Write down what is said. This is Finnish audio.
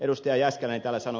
sitten edelleen ed